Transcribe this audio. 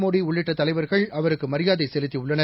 மோடி உள்ளிட்ட தலைவர்கள் அவருக்கு மரியாதை செலுத்தியுள்ளனர்